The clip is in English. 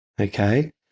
okay